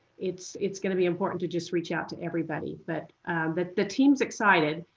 it's it's going to be important to just reach out to everybody. but but the team is excited.